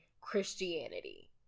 Christianity